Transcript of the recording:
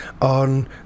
on